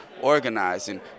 organizing